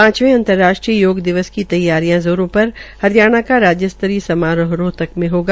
पांचवे अंतर्राष्ट्रीय योग दिवस की तैयारियां ज़ोरो पर हरियाणा का राज्य स्तरीय समारोह रोहतक में होगा